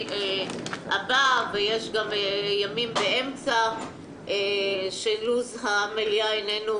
הבא ויש גם ימים באמצע שלו"ז המליאה איננו